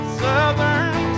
southern